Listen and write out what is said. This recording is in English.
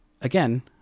again